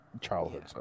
childhood